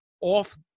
off